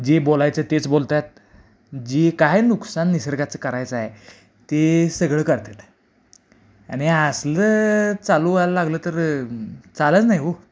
जे बोलायचं तेच बोलतायत जे काय नुकसान निसर्गाचं करायचं आहे ते सगळं करतेत आणि असलं चालू आहे लागलं तर चालं नाही हो